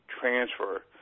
transfer